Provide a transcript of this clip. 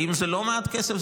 האם זה לא מעט כסף?